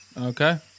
Okay